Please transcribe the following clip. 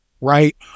Right